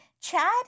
Chad